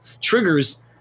triggers